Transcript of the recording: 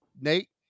Nate